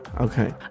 Okay